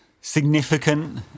significant